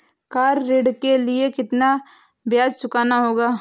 Car ऋण के लिए कितना ब्याज चुकाना होगा?